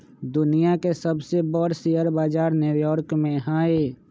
दुनिया के सबसे बर शेयर बजार न्यू यॉर्क में हई